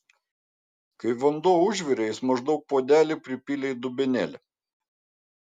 kai vanduo užvirė jis maždaug puodelį pripylė į dubenėlį